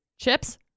Chips